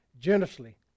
generously